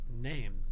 name